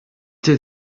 did